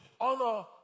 honor